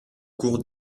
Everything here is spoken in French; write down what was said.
cours